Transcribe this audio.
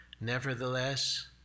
Nevertheless